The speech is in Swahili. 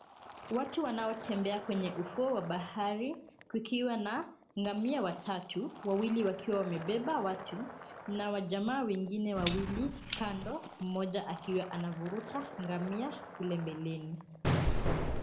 Watu wanaotembea kwenye ufuo wa bahari, kukiwa na ngamia watatu, wawili wakiwa wamebeba watu, na wajamaa wengine wawili kando, mmoja akiwa anavuruta ngamia kule mbeleni.